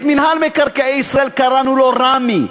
את מינהל מקרקעי ישראל, קראנו לו רמ"י.